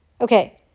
Okay